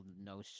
no